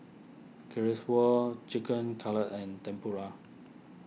Chicken Cutlet and Tempura